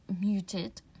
muted